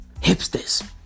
hipsters